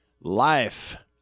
Life